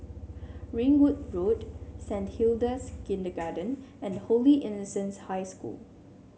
Ringwood Road Saint Hilda's Kindergarten and Holy Innocents' High School